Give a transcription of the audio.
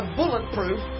bulletproof